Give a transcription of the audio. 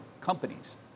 companies